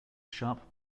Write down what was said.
sharp